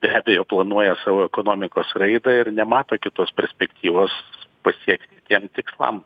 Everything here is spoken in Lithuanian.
be abejo planuoja savo ekonomikos raidą ir nemato kitos perspektyvos pasiekti tiem tikslam